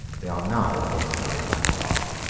they are now fortified by art.